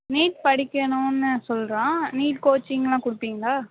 NEET படிக்கணும்ன்னு சொல்கிறான் NEET கோச்சிங்கெலாம் கொடுப்பீங்ளா